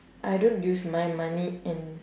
I don't use my money and